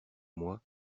moi